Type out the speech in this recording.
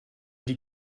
die